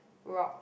rocks